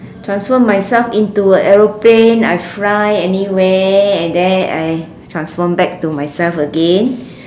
transform myself into a aeroplane I fly anywhere and then I transform back to myself again